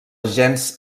gens